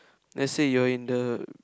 lets say you are in the